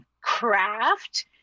craft